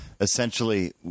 Essentially